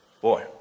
Boy